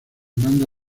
manda